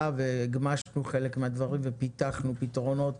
והגמשנו חלק מהדברים ופתחנו פתרונות